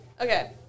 Okay